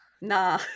nah